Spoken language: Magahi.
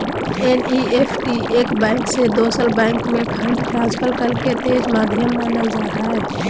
एन.ई.एफ.टी एक बैंक से दोसर बैंक में फंड ट्रांसफर करे के तेज माध्यम मानल जा हय